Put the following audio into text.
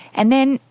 and then,